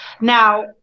Now